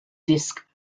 disk